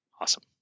awesome